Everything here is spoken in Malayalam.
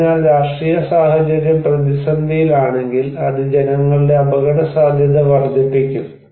അതിനാൽ രാഷ്ട്രീയ സാഹചര്യം പ്രതിസന്ധിയിലാണെങ്കിൽ അത് ജനങ്ങളുടെ അപകടസാധ്യത വർദ്ധിപ്പിക്കും